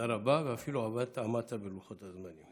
תודה רבה, ואפילו עמדת בלוחות הזמנים.